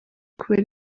kubera